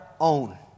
own